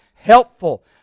Helpful